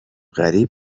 غریب